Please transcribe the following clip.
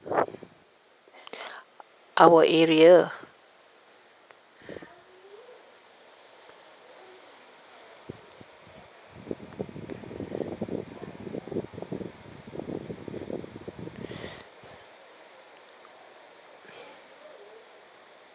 our area